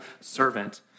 servant